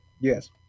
Yes